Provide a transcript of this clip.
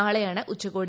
നാളെയാണ് ഉച്ചകോടി